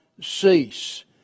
cease